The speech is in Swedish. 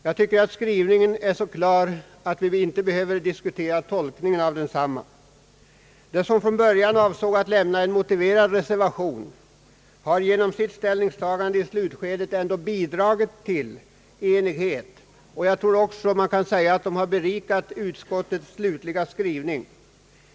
Jag tycker att skrivningen är så klar att vi inte behöver diskutera tolkningen av densamma. De som från början avsåg att avge en motiverad reservation har genom sitt ställningstagande i slutskedet ändå bidragit till enigheten. Jag tror också man kan säga att de har berikat utskottets slutliga skrivning.